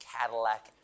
Cadillac